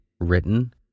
written